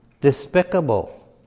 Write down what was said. despicable